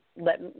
let